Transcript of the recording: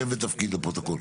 שם ותפקיד לפרוטוקול.